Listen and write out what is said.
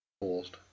Paused